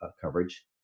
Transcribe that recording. coverage